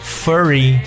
furry